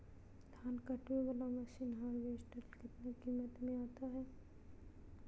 धान कटने बाला मसीन हार्बेस्टार कितना किमत में आता है?